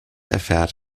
erfährt